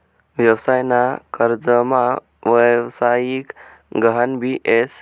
व्यवसाय ना कर्जमा व्यवसायिक गहान भी येस